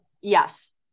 Yes